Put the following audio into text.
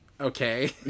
okay